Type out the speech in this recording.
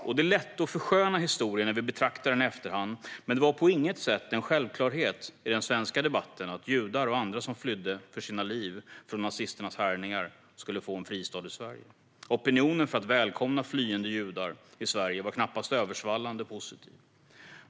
Det är lätt att försköna historien när vi betraktar den i efterhand, men det var på inget sätt någon självklarhet i den svenska debatten att judar och andra som flydde för sina liv från nazisternas härjningar skulle få en fristad i Sverige. Opinionen för att välkomna flyende judar i Sverige var knappast översvallande positiv.